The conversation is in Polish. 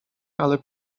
ale